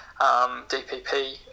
DPP